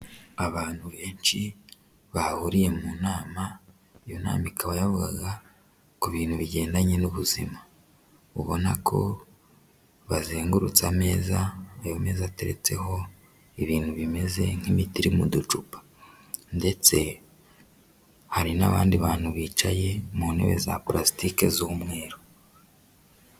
Abantu benshi bahuriye mu nama iyo nama ikaba yavugaga ku bintu bigendanye n'ubuzima, ubona ko bazengurutse ameza ayo meza ateretseho ibintu bimeze nk'imiti iri mu ducupa, ndetse hari n'abandi bantu bicaye mu ntebe za parasitike z'umweru.